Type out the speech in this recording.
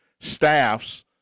staffs